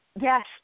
yes